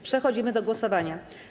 Przechodzimy do głosowania.